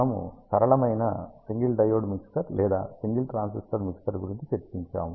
మనము సరళమైన single diode mixer లేదా సింగిల్ ట్రాన్సిస్టర్ మిక్సర్ గురించి చర్చించాము